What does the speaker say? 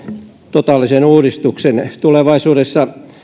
totaalisen uudistuksen tulevaisuudessa